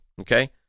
Okay